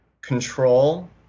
control